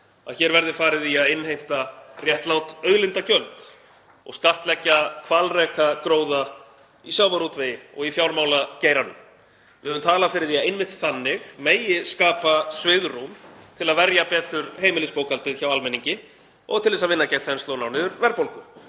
að hér verði farið í að innheimta réttlát auðlindagjöld og skattleggja hvalrekagróða í sjávarútvegi og í fjármálageiranum. Við höfum talað fyrir því að einmitt þannig megi skapa svigrúm til að verja betur heimilisbókhaldið hjá almenningi og til að vinna gegn þenslu og ná niður verðbólgu.